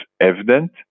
evident